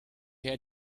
had